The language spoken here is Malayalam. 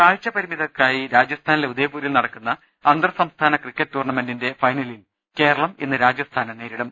കാഴ്ച്ച പരിമിതർക്കായി രാജസ്ഥാനിലെ ഉദയപൂരിൽ നടക്കുന്ന അന്തർ സംസ്ഥാന ക്രിക്കറ്റ് ടൂർണമെന്റിന്റെ ഫൈനലിൽ കേരളം ഇന്ന് രാജസ്ഥാനെ നേരിടും